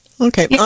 Okay